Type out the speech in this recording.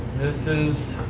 this is